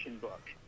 book